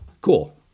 Cool